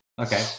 okay